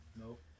Nope